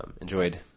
enjoyed